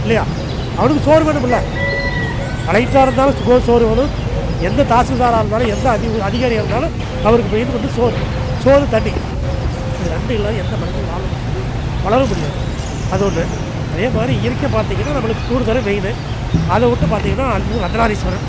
இல்லையா அவனுக்கும் சோறு வேணுமில்ல கலெக்ட்ராக இருந்தாலும் சுகம் சோறு வேணும் எந்த தாசில்தாராக இருந்தாலும் எந்த அதி அதிகாரியாக இருந்தாலும் அவருக்கு மெயின் வந்து சோறு சோறு தண்ணி இது ரெண்டும் இல்லாத எந்த மனுஷனும் வாழ முடியாது வளரவும் முடியாது அது ஒன்று அதே மாதிரி இயற்கையாக பார்த்திங்கன்னா நம்மளுக்கு கூடுதுறை மெயினு அதை விட்டு பார்த்திங்கன்னா அடுத்தது அர்த்தநாரீஸ்வரன்